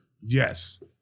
Yes